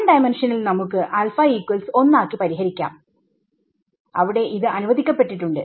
1D യിൽ നമുക്ക് ആക്കി പരിഹരിക്കാം അവിടെ ഇത് അനുവദിക്കപ്പെട്ടിട്ടുണ്ട്